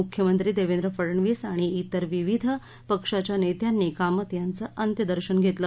मुख्यमंत्री देवेंद्र फडणवीस आणि ात्रेर विविध पक्षाच्या नेत्यांनी कामत यांचं अंत्यदर्शन घेतलं